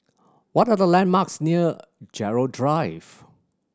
what are the landmarks near Gerald Drive